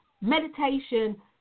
meditation